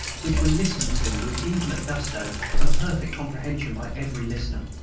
which were listened to with infinite gusto and perfect comprehension by every listener.